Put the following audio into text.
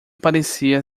parecia